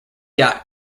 dot